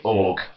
org